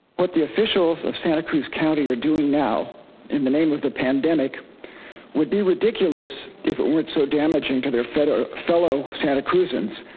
what the officials of santa cruz county are doing now in the name of the pandemic would be ridiculous if it weren't so damaging to their fellow fellow santa cruzans.